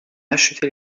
acheter